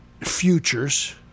futures